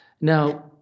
Now